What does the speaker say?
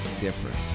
different